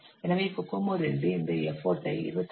எனவே கோகோமோ II இந்த எஃபர்ட் ஐ 28